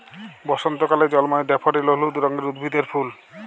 বসন্তকালে জল্ময় ড্যাফডিল হলুদ রঙের উদ্ভিদের ফুল